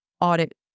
audit